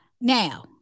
Now